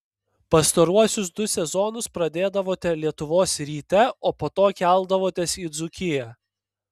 pastaruosius du sezonus pradėdavote lietuvos ryte o po to keldavotės į dzūkiją